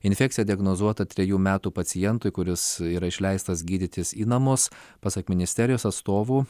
infekcija diagnozuota trejų metų pacientui kuris yra išleistas gydytis į namus pasak ministerijos atstovų